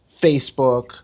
Facebook